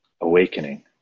awakening